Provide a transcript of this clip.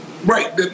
Right